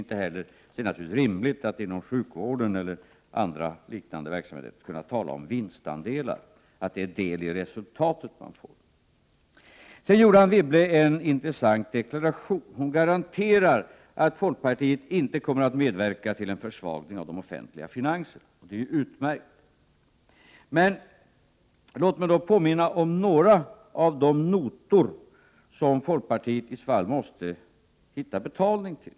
Naturligtvis är det inte heller rimligt att man inom sjukvården eller inom andra liknande verksamheter talar om vinstandelar, att det är del i resultatet man får. Sedan gjorde Anne Wibble en intressant deklaration. Hon garanterar att folkpartiet inte kommer att medverka till en försvagning av de offentliga finanserna, och det är utmärkt. Låt mig då påminna om några av de notor som folkpartiet i så fall måste hitta betalning till.